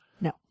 No